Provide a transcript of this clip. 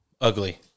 ugly